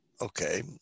Okay